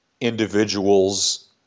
individuals